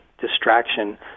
distraction